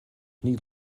niet